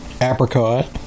apricot